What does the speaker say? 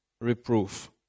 reproof